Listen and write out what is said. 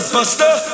Buster